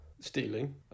stealing